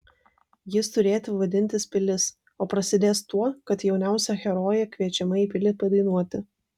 jis turėtų vadintis pilis o prasidės tuo kad jauniausia herojė kviečiama į pilį padainuoti